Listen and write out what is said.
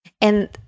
And-